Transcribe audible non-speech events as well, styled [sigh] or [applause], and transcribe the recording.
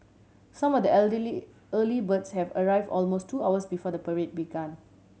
some of the [unintelligible] early birds have arrive almost two hours before the parade began